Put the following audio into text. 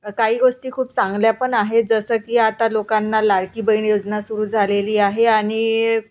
काही गोष्टी खूप चांगल्या पण आहे जसं की आता लोकांना लाडकी बहीण योजना सुरू झालेली आहे आणि